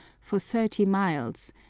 for thirty miles,